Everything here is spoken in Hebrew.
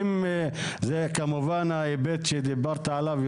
כמובן ההיבט שדיברת עליו,